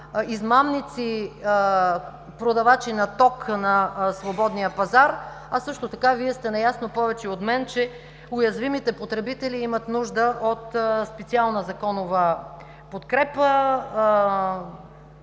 измамници – продавачи на ток на свободния пазар. Също така Вие сте наясно повече и от мен, че уязвимите потребители имат нужда от специална законова подкрепа.